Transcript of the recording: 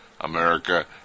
America